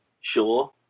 sure